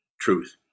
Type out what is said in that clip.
truth